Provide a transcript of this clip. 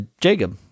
Jacob